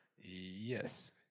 Yes